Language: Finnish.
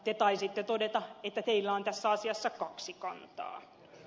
te taisitte todeta että teillä on tässä asiassa kaksi kantaa